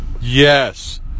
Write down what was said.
Yes